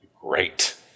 Great